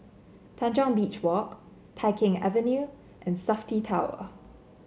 Tanjong Beach Walk Tai Keng Avenue and Safti Tower